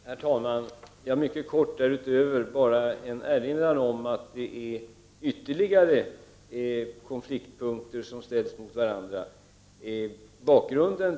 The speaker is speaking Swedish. Herr talman! Jag vill mycket kort utöver det jag redan sagt erinra om att det finns ytterligare konfliktpunkter där olika intressen ställs mot varandra.